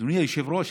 אדוני היושב-ראש,